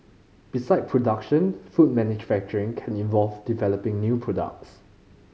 beside production food manufacturing can involve developing new products